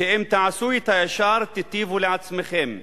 שאם תעשו את הישר תיטיבו לעצמכם,